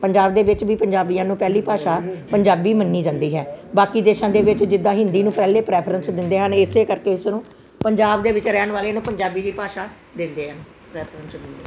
ਪੰਜਾਬ ਦੇ ਵਿੱਚ ਵੀ ਪੰਜਾਬੀਆਂ ਨੂੰ ਪਹਿਲੀ ਭਾਸ਼ਾ ਪੰਜਾਬੀ ਮੰਨੀ ਜਾਂਦੀ ਹੈ ਬਾਕੀ ਦੇਸ਼ਾਂ ਦੇ ਵਿੱਚ ਜਿੱਦਾਂ ਹਿੰਦੀ ਨੂੰ ਪਹਿਲੇ ਪ੍ਰੈਫਰੈਂਸ ਦਿੰਦੇ ਹਨ ਇਸੇ ਕਰਕੇ ਇਸਨੂੰ ਪੰਜਾਬ ਦੇ ਵਿੱਚ ਰਹਿਣ ਵਾਲੇ ਨੂੰ ਪੰਜਾਬੀ ਦੀ ਭਾਸ਼ਾ ਦਿੰਦੇ ਆ